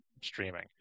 streaming